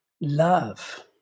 love